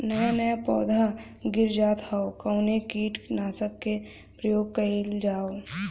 नया नया पौधा गिर जात हव कवने कीट नाशक क प्रयोग कइल जाव?